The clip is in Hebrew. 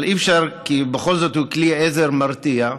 אבל אי-אפשר, כי בכל זאת הוא כלי עזר מרתיע,